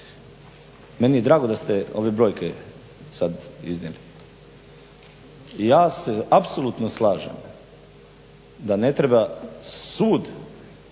meni je drago da ste ove brojke sada iznijeli. I ja se apsolutno slažem da ne treba sud o činjenicama